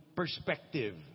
perspective